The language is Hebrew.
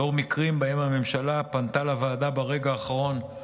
לאור מקרים שבהם הממשלה פנתה לוועדה ברגע האחרון,